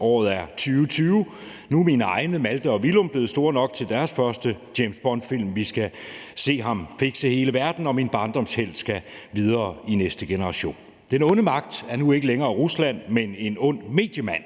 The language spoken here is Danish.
Året er 2020, og nu er mine egne børn, Malthe og Villum, blevet store nok til at se deres første James Bond-film. Vi skal se ham fikse hele verden, og min barndomshelt skal videre til næste generation. Den onde magt er nu ikke længere Rusland, men en ond mediemand,